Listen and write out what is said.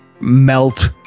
melt